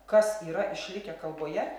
kas yra išlikę kalboje